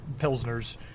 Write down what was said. pilsners